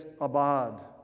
abad